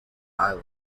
island